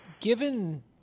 given